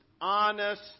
honest